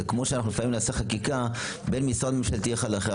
זה כמו שאנחנו לפעמים נעשה חקיקה בין משרד ממשלתי אחד לאחר.